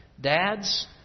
Dads